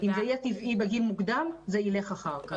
אם זה יהיה טבעי בגיל מוקדם זה ילך אחר כך.